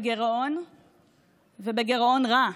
רועי.